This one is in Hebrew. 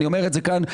ואני אומר את זה כאן,